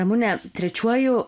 ramune trečiuoju